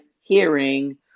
hearing